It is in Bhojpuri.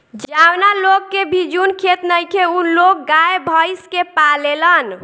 जावना लोग के भिजुन खेत नइखे उ लोग गाय, भइस के पालेलन